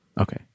Okay